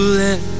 let